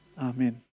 Amen